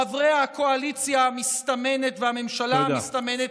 חברי הקואליציה המסתמנת והממשלה המסתמנת,